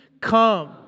Come